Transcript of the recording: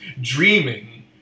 Dreaming